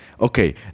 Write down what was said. Okay